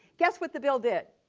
guess what the bill did?